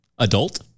Adult